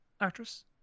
actress